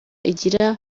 igira